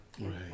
Right